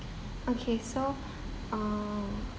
okay so uh